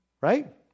right